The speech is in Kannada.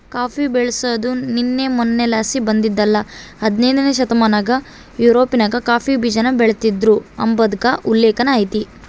ಕಾಫಿ ಬೆಳ್ಸಾದು ನಿನ್ನೆ ಮನ್ನೆಲಾಸಿ ಬಂದಿದ್ದಲ್ಲ ಹದನೈದ್ನೆ ಶತಮಾನದಾಗ ಯುರೋಪ್ನಾಗ ಕಾಫಿ ಬೀಜಾನ ಬೆಳಿತೀದ್ರು ಅಂಬಾದ್ಕ ಉಲ್ಲೇಕ ಐತೆ